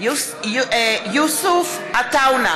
יוסף עטאונה,